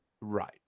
Right